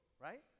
right